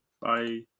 Bye